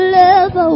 love